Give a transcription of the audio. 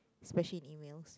especially emails